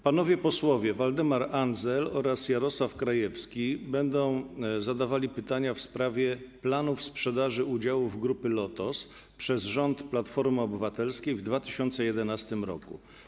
Panowie posłowie Waldemar Andzel oraz Jarosław Krajewski będą zadawali pytania w sprawie planów sprzedaży udziałów Grupy Lotos przez rząd Platformy Obywatelskiej w 2011 r.